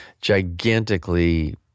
gigantically